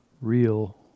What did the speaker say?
real